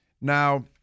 Now